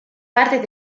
parte